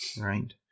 right